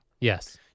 Yes